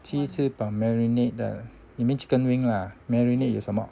鸡翅膀 marinate 的 you mean chicken wing lah marinate 有什么